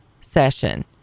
session